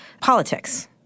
politics